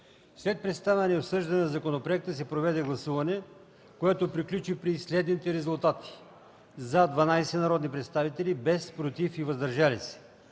След представяне и обсъждане на законопроекта се проведе гласуване, което приключи при следните резултати: „за” – 12 народни представители, без „против” и „въздържали се”.